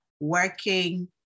working